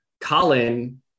Colin